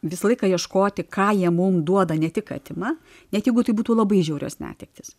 visą laiką ieškoti ką jie mum duoda ne tik atima net jeigu tai būtų labai žiaurios netektys